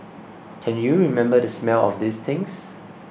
can you remember the smell of these things